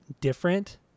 different